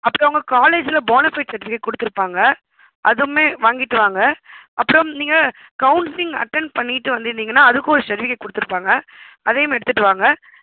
அப்புறம் அவங்க காலேஜில் போனஃபைட் சர்ட்டிஃபிகேட் கொடுத்திருப்பாங்க அதுவும் வாங்கிகிட்டு வாங்க அப்புறம் நீங்கள் கவுன்சிலிங் அட்டென்ட் பண்ணிவிட்டு வந்திருந்திங்திங்கன்னா அதற்கும் ஒரு சர்ட்டிஃபிகேட் கொடுத்திருப்பாங்க அதையும் எடுத்துகிட்டுவாங்க